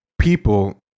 people